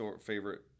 favorite